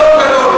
בעיני לא.